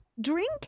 drink